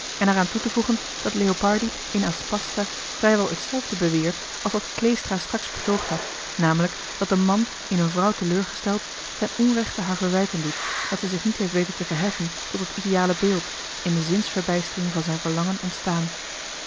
en eraan toe te voegen dat leopardi in aspasia vrijwel hetzelfde beweert als wat kleestra straks betoogd had namelijk dat een man in een vrouw teleurgesteld ten onrechte haar verwijten johan de meester de zonde in het deftige dorp doet dat zij zich niet heeft weten te verheffen tot het ideale beeld in de zinsverbijstering van zijn verlangen ontstaan